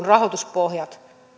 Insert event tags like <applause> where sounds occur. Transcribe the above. <unintelligible> rahoituspohjat